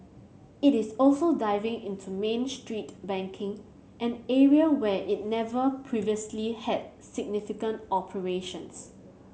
it is also diving into Main Street banking an area where it never previously had significant operations